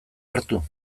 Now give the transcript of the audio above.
hartu